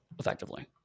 Effectively